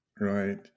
right